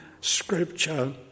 Scripture